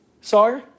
sorry